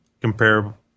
comparable